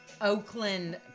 Oakland